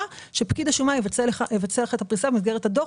שפקיד השומה יבצע לך הפריסה במסגרת הדוח.